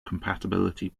compatibility